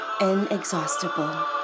inexhaustible